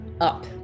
up